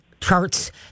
charts